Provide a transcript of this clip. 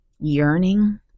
yearning